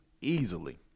Easily